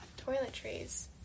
toiletries